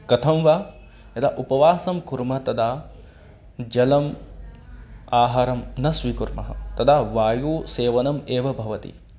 कथं वा यदा उपवासं कुर्मः तदा जलम् आहारं न स्वीकुर्मः तदा वायोः सेवनम् एव भवति